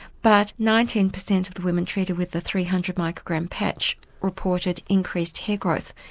but nineteen percent of the women treated with the three hundred microgram patch reported increased hair growth.